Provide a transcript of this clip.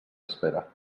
espera